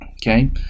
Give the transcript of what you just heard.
Okay